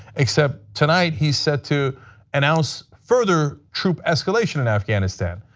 except tonight, he said to announce further troop escalation in afghanistan.